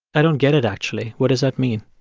i don't get it, actually. what does that mean?